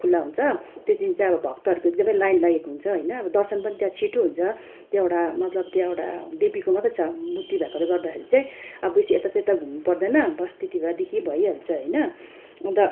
खुल्ला हुन्छ त्यो दिन चाहिँ अब भक्तहरूको एकदमै लाइन लागेको हुन्छ होइन अब दर्शन पनि त्यहाँ छिटो हुन्छ त्यहाँ एउटा मतलब त्यहाँ एउटा देवीको मात्रै छ मूर्ति भएकोले गर्दाखेरि चाहिँ अब बेसी यतात्यता घुम्नु पर्दैन बस त्यति भएदेखि भइहाल्छ होइन अन्त